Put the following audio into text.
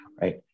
right